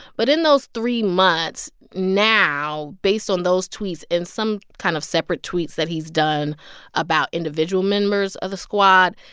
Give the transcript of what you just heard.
but in those three months now, based on those tweets and some kind of separate tweets that he's done about individual members of the squad,